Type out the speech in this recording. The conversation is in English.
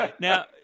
Now